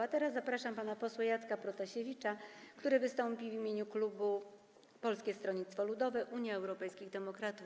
A teraz zapraszam pana posła Jacka Protasiewicza, który wystąpi w imieniu klubu Polskiego Stronnictwa Ludowego - Unii Europejskich Demokratów.